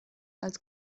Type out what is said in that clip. als